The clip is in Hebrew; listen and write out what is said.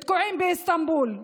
שתקועים באיסטנבול.